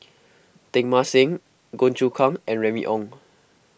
Teng Mah Seng Goh Choon Kang and Remy Ong